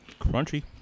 Crunchy